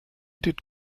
did